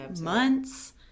months